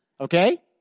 Okay